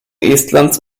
estlands